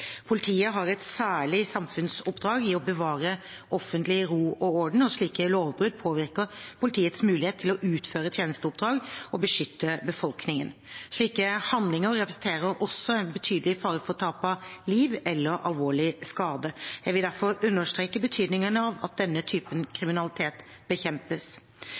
Politiet har et særlig samfunnsoppdrag i å bevare offentlig ro og orden, og slike lovbrudd påvirker politiets mulighet til å utføre tjenesteoppdrag og beskytte befolkningen. Slike handlinger representerer også en betydelig fare for tap av liv eller alvorlig skade. Jeg vil derfor understreke betydningen av at denne typen kriminalitet bekjempes.